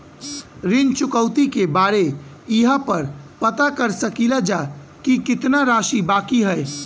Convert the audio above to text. ऋण चुकौती के बारे इहाँ पर पता कर सकीला जा कि कितना राशि बाकी हैं?